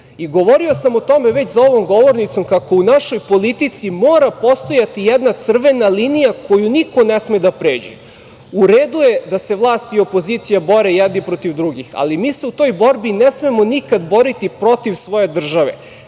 Govorio sam o tome već za ovom govornicom, kako u našoj politici mora postojati jedan crvena linija koju niko ne sme da pređe.U redu je da se vlast i opozicija bore jedni protiv drugih, ali mi se u toj borbi ne smemo nikada boriti protiv svoje države,